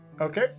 Okay